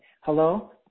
Hello